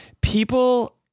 people